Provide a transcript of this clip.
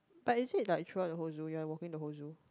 but is it like throughout the whole zoo you're walking the whole zoo